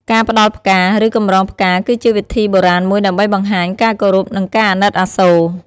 ការផ្ដល់ផ្កា ឬកម្រងផ្កាគឺជាវិធីបុរាណមួយដើម្បីបង្ហាញការគោរព និងការអាណិតអាសូរ។